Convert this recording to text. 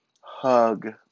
hug